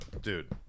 Dude